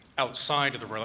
outside of the